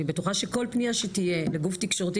אני בטוחה שכל פנייה שתהיה לגוף תקשורתי